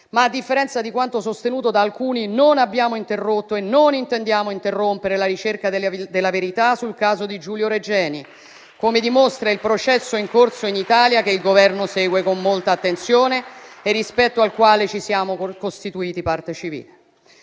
ma, a differenza di quanto sostenuto da alcuni, non abbiamo interrotto e non intendiamo interrompere la ricerca della verità sul caso di Giulio Regeni, come dimostra il processo in corso in Italia, che il Governo segue con molta attenzione e rispetto al quale ci siamo costituiti parte civile.